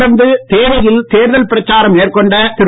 தொடர்ந்து தேனியில் தேர்தல் பிரச்சாரம் மேற்கொண்ட திரு